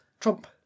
Trump